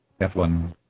F1